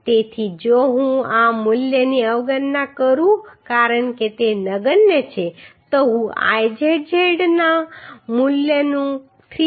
તેથી જો હું આ મૂલ્યની અવગણના કરું કારણ કે તે નગણ્ય છે તો હું Izz નું મૂલ્ય 346